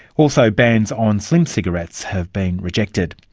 also bans on slim cigarettes have been rejected.